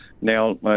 Now